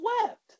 swept